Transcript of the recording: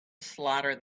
slaughter